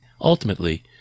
Ultimately